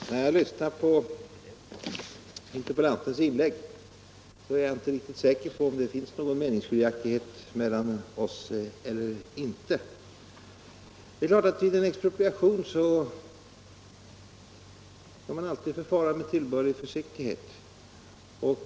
Herr talman! När jag lyssnar på interpellantens inlägg är jag inte riktigt säker på om det finns någon meningsskiljaktighet oss emellan eller inte. Det är klart att man alltid skall förfara med tillbörlig försiktighet vid en expropriation.